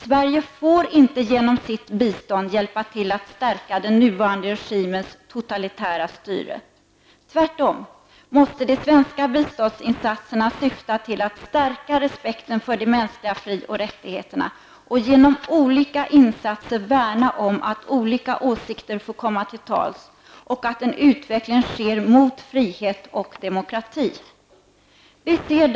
Sverige får inte genom sitt bistånd hjälpa till att stärka den nuvarande regimens totalitära styre. Tvärtom måste de svenska biståndsinsatserna syfta till att stärka respekten för de mänskliga fri och rättigheterna och genom olika insatser värna om att olika åsikter får komma till tals och att en utveckling sker mot frihet och demokrati. Herr talman!